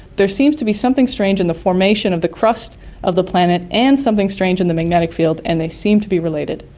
there seems to be something strange in the formation of the crust of the planet and something strange in the magnetic field and they seem to be related.